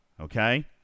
Okay